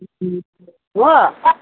हो